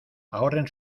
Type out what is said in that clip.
ahorren